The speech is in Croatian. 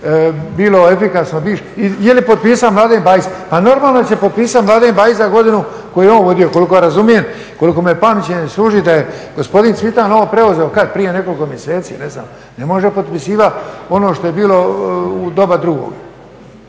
bilo efikasno. Jeli potpisao Mladen Bajić? Pa normalno da će potpisati Mladen Bajić za godinu koju je on vodio. Koliko razumijem, kolikom me pamćenje služi da je gospodin Cvitan ovo preuzeo kada prije nekoliko mjeseci, ne znam. Ne može potpisivati ono što je bilo u doba drugog.